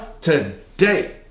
today